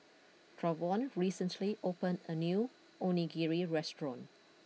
Travon recently opened a new Onigiri restaurant